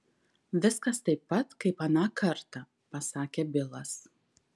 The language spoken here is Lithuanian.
viskas taip pat kaip aną kartą pasakė bilas